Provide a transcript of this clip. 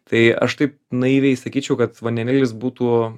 tai aš taip naiviai sakyčiau kad vandenilis būtų